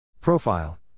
Profile